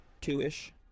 two-ish